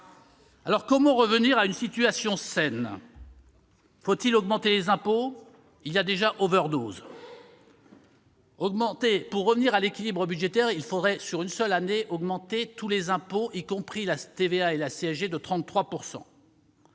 ! Comment revenir à une situation saine ? Faut-il augmenter les impôts ? Il y a déjà overdose ! Pour revenir à l'équilibre budgétaire, il faudrait, sur une seule année, augmenter tous les impôts, y compris la TVA et la CSG, de 33 %.